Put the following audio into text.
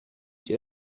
der